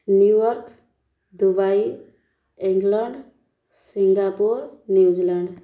New York Dubai England Singapore New Zealand